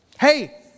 hey